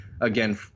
again